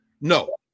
no